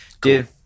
Dude